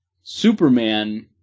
Superman